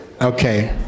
Okay